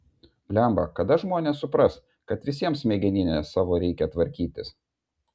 blemba kada žmonės supras kad visiems smegenines savo reikia tvarkytis